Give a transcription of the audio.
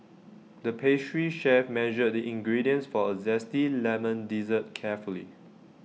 the pastry chef measured the ingredients for A Zesty Lemon Dessert carefully